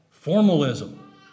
Formalism